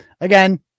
Again